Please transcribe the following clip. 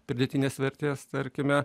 pridėtinės vertės tarkime